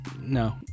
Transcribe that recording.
no